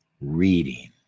reading